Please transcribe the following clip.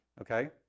okay